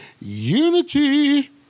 Unity